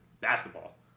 basketball